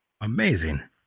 Amazing